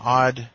odd